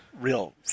Real